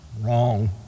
Wrong